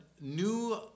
new